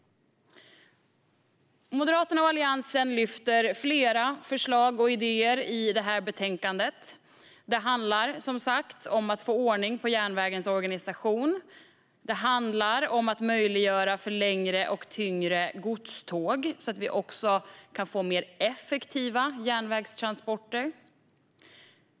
Moderaterna och Alliansen lyfter fram flera förslag och idéer i betänkandet. Det handlar som sagt om att få ordning på järnvägens organisation och om att möjliggöra för längre och tyngre godståg så att vi kan få mer effektiva järnvägstransporter.